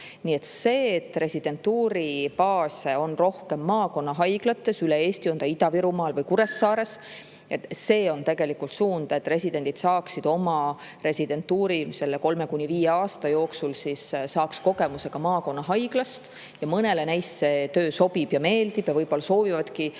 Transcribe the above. See, et residentuuribaase on rohkem, maakonnahaiglates üle Eesti – olgu Ida-Virumaal või Kuressaares –, on tegelikult meie suund, et residendid saaksid oma residentuuri kolme kuni viie aasta jooksul kogemuse ka maakonnahaiglast. Mõnele neist see töö sobib ja meeldib ja võib-olla nad soovivadki